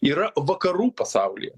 yra vakarų pasaulyje